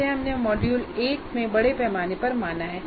इसे हमने मॉड्यूल 1 में बड़े पैमाने पर माना है